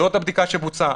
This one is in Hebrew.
זו הבדיקה שבוצעה.